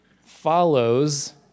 follows